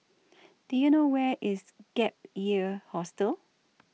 Do YOU know Where IS Gap Year Hostel